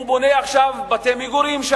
הוא בונה עכשיו בתי מגורים.